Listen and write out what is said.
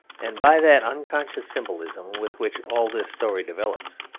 and by that unconscious symbolism with which all this story develops,